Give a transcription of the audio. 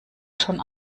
schon